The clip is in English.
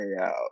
out